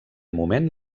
moment